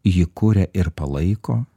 jį kuria ir palaiko